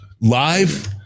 Live